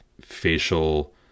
facial